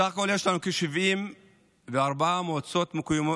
בסך הכול יש לנו כ-74 מועצות מקומיות